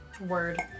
Word